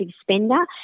spender